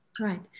right